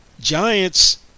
Giants